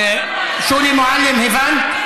שולי מועלם, הבנת?